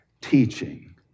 teaching